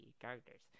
characters